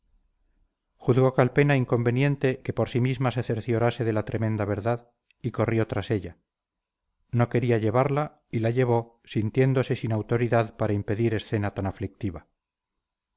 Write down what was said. sujetarla juzgó calpena inconveniente que por sí misma se cerciorase de la tremenda verdad y corrió tras ella no quería llevarla y la llevó sintiéndose sin autoridad para impedir escena tan aflictiva